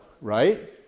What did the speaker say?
right